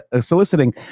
soliciting